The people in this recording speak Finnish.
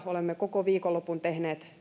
olemme koko viikonlopun tehneet